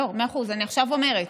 מאה אחוז, אני עכשיו אומרת.